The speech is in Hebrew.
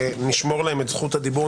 נשמור להם את זכות הדיבור,